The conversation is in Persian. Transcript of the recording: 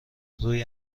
روی